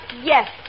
yes